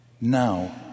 Now